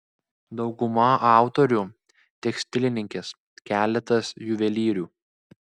dauguma autorių tekstilininkės keletas juvelyrių